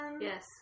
Yes